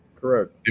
Correct